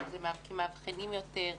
האם זה כי מאבחנים יותר?